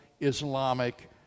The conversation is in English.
Islamic